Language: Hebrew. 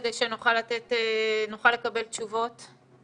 כדי שנוכל לקבל תשובות.